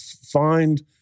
find